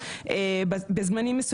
משרד